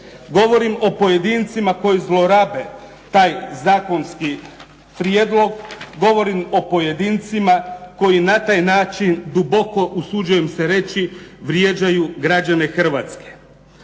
Govorim o pojedincima koji zlorabe taj zakonski prijedlog. Govorim o pojedincima koji na taj način duboko usuđujem se reći vrijeđaju građane Hrvatske.